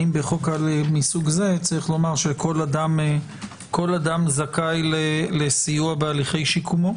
האם בחוק מסוג זה צריך לומר שכל אדם זכאי לסיוע בהליכי שיקומו.